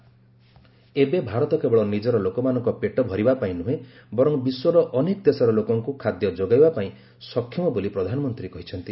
କିନ୍ତୁ ଏବେ ଭାରତ କେବଳ ନିଜର ଲୋକମାନଙ୍କ ପେଟ ଭରିବା ପାଇଁ ନୁହେଁ ବରଂ ବିଶ୍ୱର ଅନେକ ଦେଶର ଲୋକଙ୍କୁ ଖାଦ୍ୟ ଯୋଗାଇବା ପାଇଁ ସକ୍ଷମ ବୋଲି ପ୍ରଧାନମନ୍ତ୍ରୀ କହିଛନ୍ତି